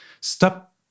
Stop